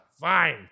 fine